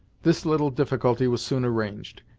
this little difficulty was soon arranged,